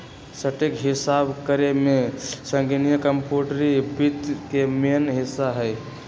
सटीक हिसाब करेमे संगणकीय कंप्यूटरी वित्त के मेन हिस्सा हइ